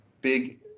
big